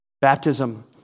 Baptism